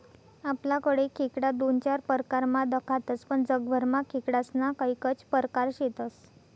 आपलाकडे खेकडा दोन चार परकारमा दखातस पण जगभरमा खेकडास्ना कैकज परकार शेतस